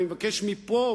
ואני מבקש מפה,